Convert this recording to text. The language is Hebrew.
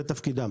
זה תפקידם.